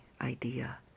idea